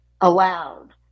allowed